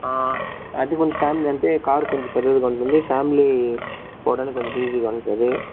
అది కొంచం స్ట్రాంగ్ అంటే కార్ కొంచం పెద్దదిగా ఉంటుంది ఫ్యామిలీ పోవడానికి కొంచం ఈజీగా ఉంటుంది